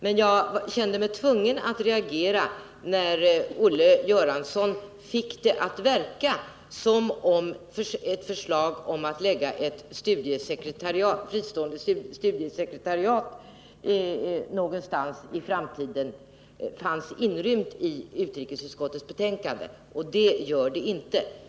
Men jag kände mig tvungen att reagera när Olle Göransson fick det att verka som om ett förslag om ett fristående studiesekretariat någon gång i framtiden fanns inrymt i utrikesutskottets betänkande, vilket det inte gör.